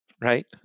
right